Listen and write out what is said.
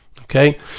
Okay